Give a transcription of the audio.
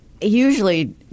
usually